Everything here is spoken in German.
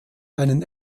einen